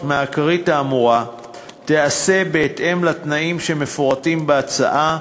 מהכרית האמורה תיעשה בהתאם לתנאים שמפורטים בהצעה,